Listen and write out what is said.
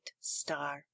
star